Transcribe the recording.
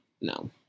No